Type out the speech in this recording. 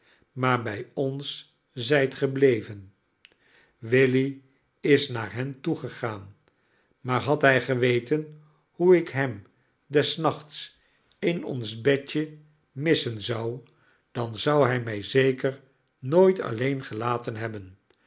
maar bij ons zijt gebleven willy is naar hen toe gegaan maar had hij geweten hoe ik hem des nachts in ons bedje missen zou dan zou hij mij nooit alleen gelaten hebben